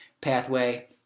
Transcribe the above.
pathway